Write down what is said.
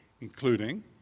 including